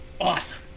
Awesome